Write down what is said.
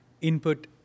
input